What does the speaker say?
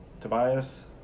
Tobias